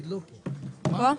לא.